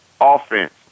offense